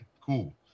cool